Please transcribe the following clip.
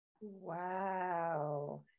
Wow